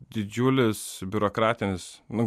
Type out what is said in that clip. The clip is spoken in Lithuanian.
didžiulis biurokratinis nu